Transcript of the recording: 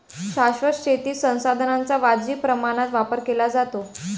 शाश्वत शेतीत संसाधनांचा वाजवी प्रमाणात वापर केला जातो